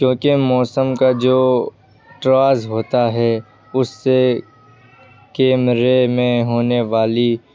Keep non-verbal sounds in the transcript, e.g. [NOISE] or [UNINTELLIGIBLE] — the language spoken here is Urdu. کیونکہ موسم کا جو [UNINTELLIGIBLE] ہوتا ہے اس سے کیمرے میں ہونے والی